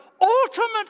ultimate